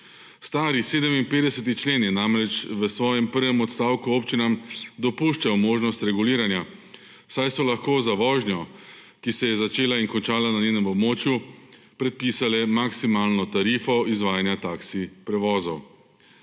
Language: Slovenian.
Stari 57. člen je namreč v svojem prvem odstavku občinam dopuščal možnost reguliranja, saj so lahko za vožnjo, ki se je začela in končala na njenem območju, predpisale maksimalno tarifo izvajanja taksi prevozov.